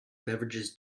beverages